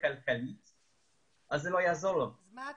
שלום לכולם, שלום לכל העמיתים שלי לעשייה,